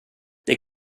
they